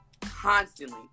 Constantly